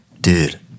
dude